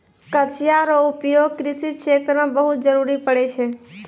कचिया रो उपयोग कृषि क्षेत्र मे बहुत जरुरी पड़ै छै